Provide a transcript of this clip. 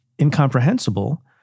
incomprehensible